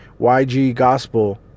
yggospel